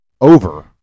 over